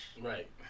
Right